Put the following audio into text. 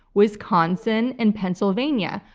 wisconsin, and pennsylvania,